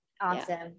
Awesome